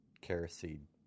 kerosene